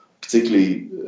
particularly